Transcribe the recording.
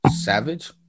Savage